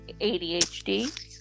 ADHD